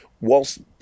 whilst